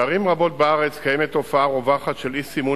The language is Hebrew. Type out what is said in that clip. בערים רבות בארץ קיימת תופעה רווחת של אי-סימון